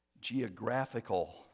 geographical